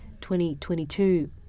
2022